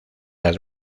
los